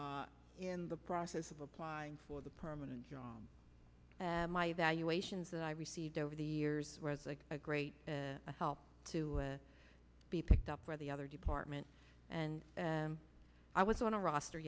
in the process of applying for the permanent job and my evaluations that i received over the years where as like a great help to be picked up by the other department and i was on a roster